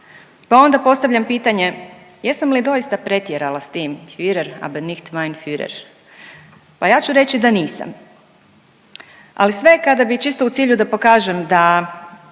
Pa onda postavljam pitanje, jesam li doista pretjerala s tim „Fuhrer, aber nicht mein fuhrer“? Pa ja ću reći da nisam, ali sve kada bi čisto u cilju da pokažem da